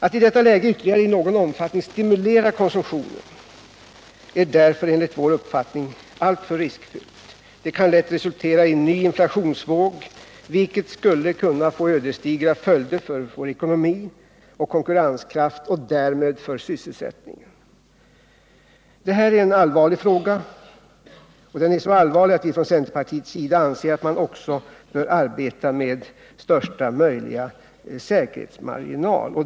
Att i detta läge ytterligare i någon omfattning stimulera konsumtionen är därför enligt vår uppfattning alltför riskfyllt. Det kan lätt resultera i en ny inflationsvåg, vilket skulle få ödesdigra följder för vår ekonomi och konkurrenskraft och därmed för vår sysselsättning. Det här är en så allvarlig fråga att vi från centerpartiets sida anser att man bör arbeta med största möjliga säkerhetsmarginal.